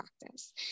practice